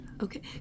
okay